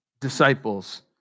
disciples